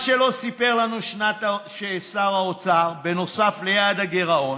ומה שלא סיפר לנו שר האוצר, נוסף על יעד הגירעון,